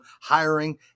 hiring